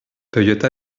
toyota